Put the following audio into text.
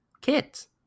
Kids